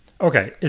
Okay